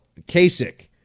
Kasich